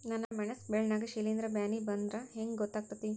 ನನ್ ಮೆಣಸ್ ಬೆಳಿ ನಾಗ ಶಿಲೇಂಧ್ರ ಬ್ಯಾನಿ ಬಂದ್ರ ಹೆಂಗ್ ಗೋತಾಗ್ತೆತಿ?